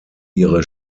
ihre